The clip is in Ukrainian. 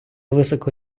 високо